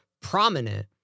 prominent